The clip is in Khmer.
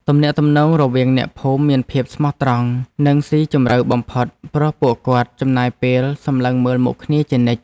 ទំនាក់ទំនងរវាងអ្នកភូមិមានភាពស្មោះត្រង់ និងស៊ីជម្រៅបំផុតព្រោះពួកគាត់ចំណាយពេលសម្លឹងមើលមុខគ្នាជានិច្ច។